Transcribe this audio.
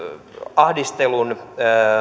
ahdistelun